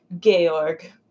Georg